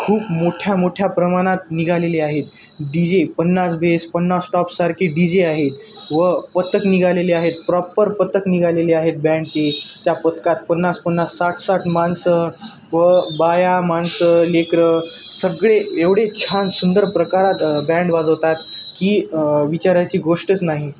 खूप मोठ्या मोठ्या प्रमाणात निघालेले आहेत डीजे पन्नास बेस पन्नास टॉपसारखे डीजे आहेत व पथक निघालेले आहेत प्रॉपर पथक निघालेले आहेत बँडची त्या पथकात पन्नास पन्नास साठ साठ माणसं व बाया माणसं लेकरं सगळे एवढे छान सुंदर प्रकारात बँड वाजवतात की विचारायची गोष्टच नाही